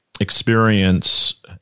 experience